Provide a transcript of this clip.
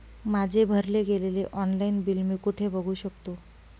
माझे भरले गेलेले ऑनलाईन बिल मी कुठे बघू शकतो?